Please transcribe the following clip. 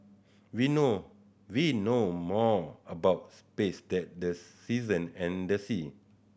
we know we know more about space than the season and the sea